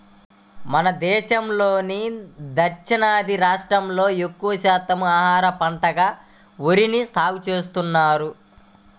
మన దేశంలో దక్షిణాది రాష్ట్రాల్లో ఎక్కువ శాతం ఆహార పంటగా వరిని సాగుచేస్తున్నారు